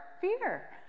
Fear